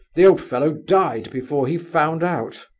the old fellow died before he found out.